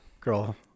Girl